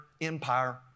empire